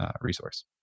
resource